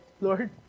Lord